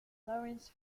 lawrence